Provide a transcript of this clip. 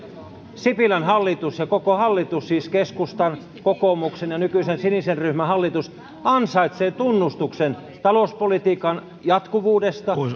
sipilän hallitus koko hallitus siis keskustan kokoomuksen ja nykyisen sinisen ryhmän hallitus ansaitsee tunnustuksen talouspolitiikan jatkuvuudesta